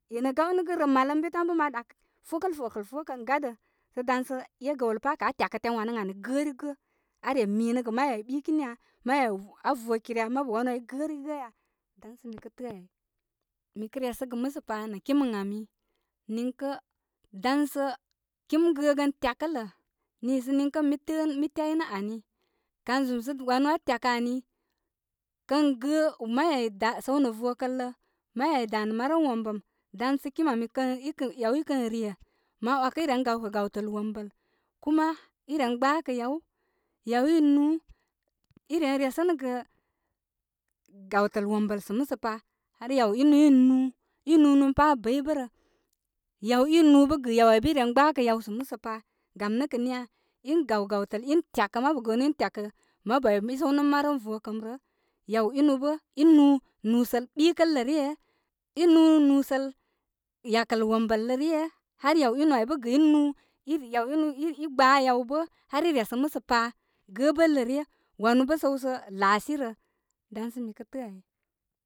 In aa gaw nə' gə rəl mal lən bi tan bə ma doakə, fōkə'lə'k fōkə'lə'k fō kən gadə sə dan sə e gəwlə pa' kə' aa tyakətyan wanən ani gə'rigə' aa re mi nə gə may ai boikini ya, may ai aa jokirə ya, mabu wanu ai i gərigə ya dan sə mikə tə'ə' ai mi kə' re sə gə musa pa nə' kima ə ami ninkə' dansə, kim gəgən tyakəto niisə niŋkə an mi tyinə ani. Kan zum sə wanu aa tyakə ani, kən gə may ai səw nə vokələ, may di danə maram wombəm dan sə kim ami ikən, yaw i kən re, ma 'wakə i ren gaw kə' gawtəl wombəl kuma i ren gbaakə yaw, yaw in nūū, i ren resəgə, gawtəl wombəl sə musə pa ha yaw inu in nūū, i nūūnūn pa abəybə'bə'rə yaw i nūū bə' gɨ yaw ai bə' i ren gbaakə yaw sə musə pa gam nə kə niya, in gaw gawtəl in tyakə mabu gəənu in tyakə mabu ai i səw nə' marəm vokəm rə- yaw inu bə i nūū nūsəl bikəl rə ryə i nu nūūsəl yakəl wombəl rə ryə har yaw inu ai bə' gɨ inū i re yaw inu i gbaa yaw bə har i resənə musə pa gəbəl rə ryə wanu bə' səw sə laasi rə dan sə mi kə təə ai.